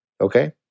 Okay